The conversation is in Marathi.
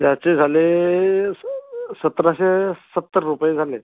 ह्याचे झाले सतराशे सत्तर रुपये झाले